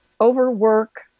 overwork